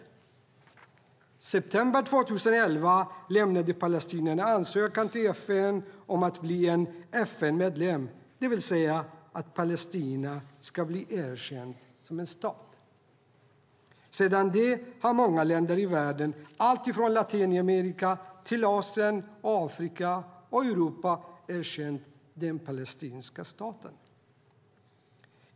I september 2011 lämnade palestinierna en ansökan till FN om att bli FN-medlem, det vill säga att Palestina ska bli erkänd som en stat. Sedan dess har många länder i världen alltifrån Latinamerika till Asien, Afrika och Europa erkänt den palestinska staten.